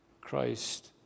Christ